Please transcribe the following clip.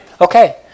Okay